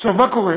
מה קורה?